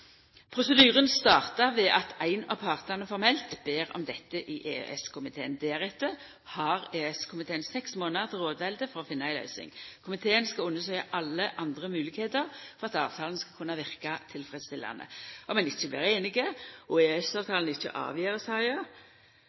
prosedyren startar ved at ein av partane formelt ber om dette i EØS-komiteen. Deretter har EØS-komiteen seks månader til rådvelde for å finna ei løysing. Komiteen skal undersøkja alle andre moglegheiter for at avtalen skal kunna verka tilfredsstillande. Om ein ikkje blir einige og EØS-komiteen ikkje avgjer saka